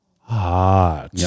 Hot